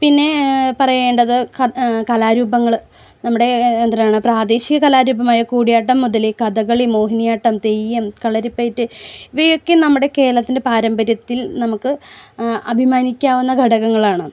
പിന്നെ പറയേണ്ടത് കലാരൂപങ്ങൾ നമ്മുടെ എന്തരാണ് പ്രാദേശിക കലാരൂപമായ കൂടിയാട്ടം മുതൽ കഥകളി മോഹിനിയാട്ടം തെയ്യം കളരിപ്പയറ്റ് ഇവയൊക്കെ നമ്മുടെ കേരളത്തിൻ്റെ പാരമ്പര്യത്തിൽ നമുക്ക് അഭിമാനിക്കാവുന്ന ഘടകങ്ങളാണ്